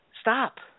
Stop